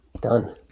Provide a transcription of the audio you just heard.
done